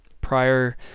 prior